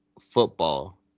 football